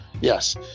Yes